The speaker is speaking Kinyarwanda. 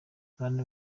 bantu